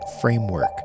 framework